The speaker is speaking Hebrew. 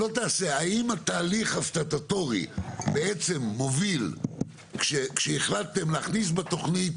האם התהליך הסטטוטורי בעצם מוביל כשהחלטתם להכניס בתוכנית